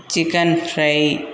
chicken fry